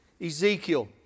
Ezekiel